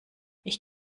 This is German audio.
ich